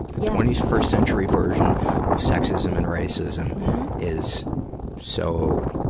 the twenty-first century version of sexism and racism is so